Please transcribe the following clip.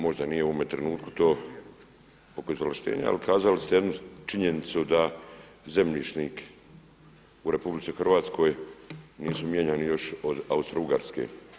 Možda nije u ovome trenutku to oko izvlaštenja, ali kazali ste jednu činjenicu da zemljišnik u RH nisu mijenjani još od Austro-Ugarske.